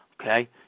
Okay